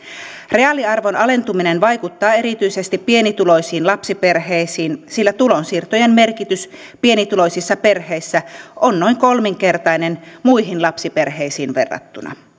reaaliarvon alentuminen vaikuttaa erityisesti pienituloisiin lapsiperheisiin sillä tulonsiirtojen merkitys pienituloisissa perheissä on noin kolminkertainen muihin lapsiperheisiin verrattuna